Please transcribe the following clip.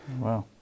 Wow